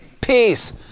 peace